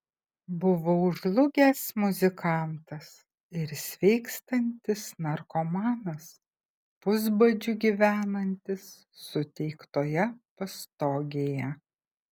buvau žlugęs muzikantas ir sveikstantis narkomanas pusbadžiu gyvenantis suteiktoje pastogėje